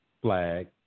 flag